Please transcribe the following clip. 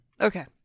Okay